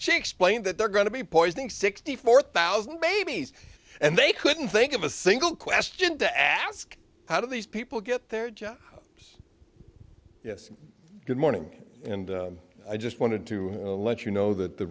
explained that they're going to be poisoning sixty four thousand babies and they couldn't think of a single question to ask how did these people get their job yes good morning and i just wanted to let you know that the